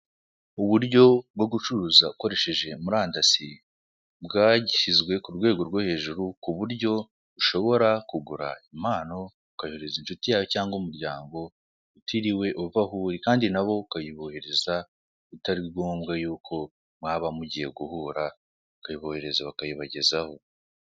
Uburyo bwo gucuruza ukoresheje murandasi bwashyizwe ku rwego rwo hejuru, ku buryo ushobora kugura impano, ukayoherereza inshuti yawe cyangwa umuryango, utiriwe uva aho uri kandi na bo ukayiboherereza bitari ngombwa yuko mwaba mugiye guhura, ukayiboherereza, bakayibagezaho.